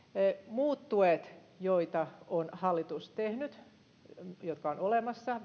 muut tuet joita hallitus on tehnyt jotka ovat olemassa